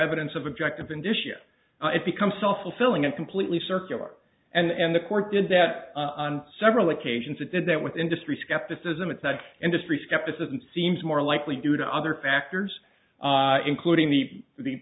evidence of objective and issue it becomes self fulfilling and completely circular and the court did that on several occasions it did that with industry skepticism it's that industry skepticism seems more likely due to other factors including the the